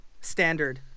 Standard